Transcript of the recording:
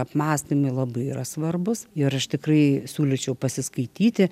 apmąstymai labai yra svarbūs ir aš tikrai siūlyčiau pasiskaityti